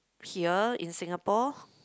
here in Singapore